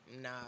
Nah